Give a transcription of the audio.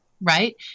right